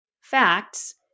facts